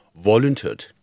volunteered